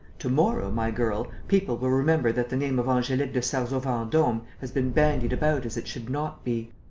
to-morrow, my girl, people will remember that the name of angelique de sarzeau-vendome has been bandied about as it should not be.